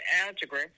algebra